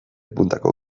puntako